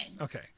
Okay